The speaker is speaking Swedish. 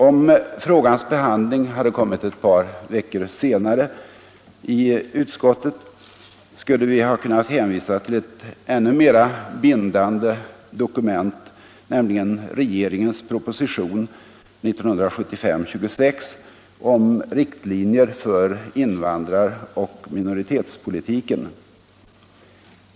Om frågans behandling i utskottet hade kommit ett par veckor senare, skulle vi ha kunnat hänvisa till ett mera bindande dokument, nämligen regeringens proposition 1975:26 om riktlinjer för invandrar och minoritetspolitiken.